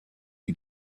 you